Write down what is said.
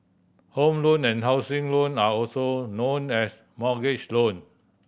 Home Loan and housing loan are also known as mortgage loan